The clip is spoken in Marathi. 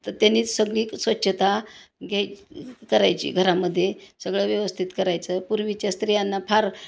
तर त्यांनी सगळी स्वच्छता घ्याय करायची घरामध्ये सगळं व्यवस्थित करायचं पूर्वीच्या स्त्रियांना फार